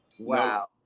Wow